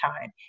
time